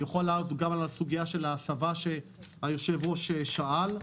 הוא יכול לענות גם על הסוגיה של ההסבה שהיושב-ראש שאל אליה.